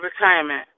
retirement